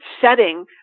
setting